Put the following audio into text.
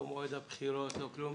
לא מועד הבחירות ולא כלום.